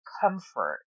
comfort